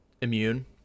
immune